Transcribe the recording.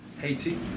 Haiti